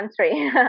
country